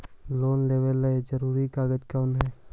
Loan लेब ला जरूरी कागजात कोन है?